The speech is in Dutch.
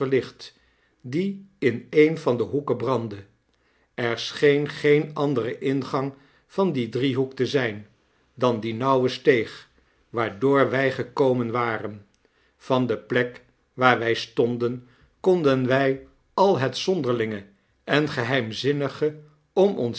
die in een van de hoeken brandde er scheen geen andere ingang van dien driehoek te zijn dan die nauwe steeg waardoor wij gekomen waren van de plek waar wij stonden konden wij al het zonderlinge en geheimzinnige om ons